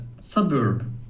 suburb